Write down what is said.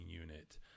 unit